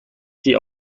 sie